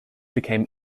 became